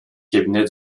cabinet